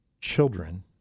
children